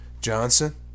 Johnson